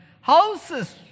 houses